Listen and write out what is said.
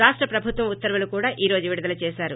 రాష్ట ప్రభుత్వం ఉత్తర్వులు కూడా ఈ రోజు విడుదల చేసారు